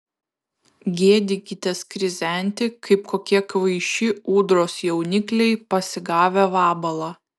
gėdykitės krizenti kaip kokie kvaiši ūdros jaunikliai pasigavę vabalą